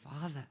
father